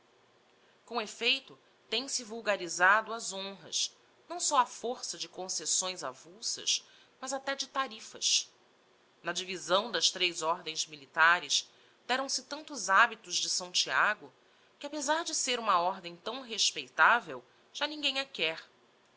com effeito tem-se vulgarisado as honras não só á força de concessões avulsas mas até de tarifas na divisão das tres ordens militares deram-se tantos habitos de s thiago que apesar de ser uma ordem tão respeitavel já ninguem a quer